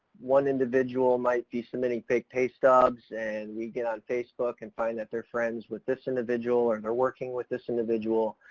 one individual might be submitting fake pay stubs, and we get on facebook and find that they're friends with this individual, or they're working with this individual.